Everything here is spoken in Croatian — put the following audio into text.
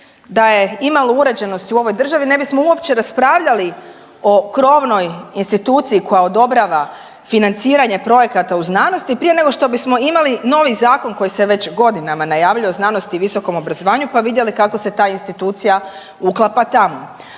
da je imalo uređenosti u ovoj državi ne bismo uopće raspravljali o krovnoj instituciji koja odobrava financiranje projekata u znanosti prije nego što bismo imali novi zakon koji se već godinama najavljuje o znanosti i visokom obrazovanju pa vidjeli kako se ta institucija uklapa tamo.